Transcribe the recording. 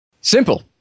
Simple